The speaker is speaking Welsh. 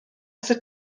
sut